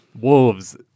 wolves